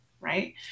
right